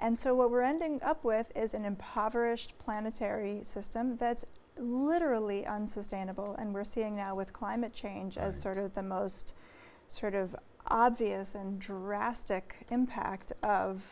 and so what we're ending up with is an impoverished planetary system that's literally unsustainable and we're seeing now with climate change as sort of the most sort of obvious and drastic impact of